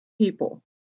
people